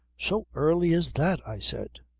so early as that! i said.